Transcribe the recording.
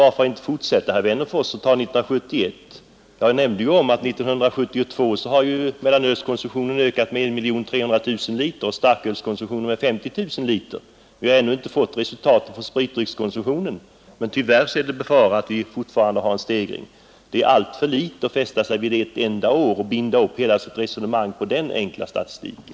Varför inte fortsätta, herr Wennerfors, och inte endast ta konsumtionen 1971? Jag nämnde att mellanölskonsumtionen under första kvartalet 1972 ökade med 1 300 000 liter och starkölskonsumtionen med 50 000 liter. Vi har ännu inte fått någon uppgift om spritdryckskonsumtionen, men tyvärr kan man befara att även den har ökat. Det är alldeles för litet att fästa sig vid endast ett år och binda upp hela sitt resonemang på den enkla statistiken.